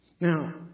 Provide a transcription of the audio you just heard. Now